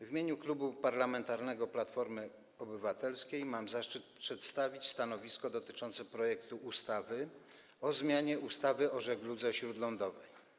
W imieniu Klubu Parlamentarnego Platforma Obywatelska mam zaszczyt przedstawić stanowisko dotyczące projektu ustawy o zmianie ustawy o żegludze śródlądowej.